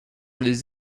les